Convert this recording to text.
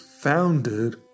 founded